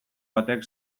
batek